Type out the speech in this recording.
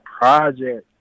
project